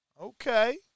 Okay